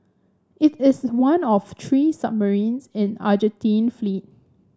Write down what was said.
it is one of three submarines in Argentine fleet